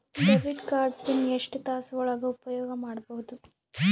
Debit card pin ಎಷ್ಟ ತಾಸ ಒಳಗ ಉಪಯೋಗ ಮಾಡ್ಬಹುದು?